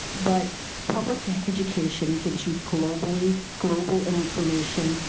but public education gives you global you global information,